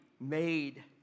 made